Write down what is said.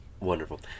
Wonderful